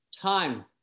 time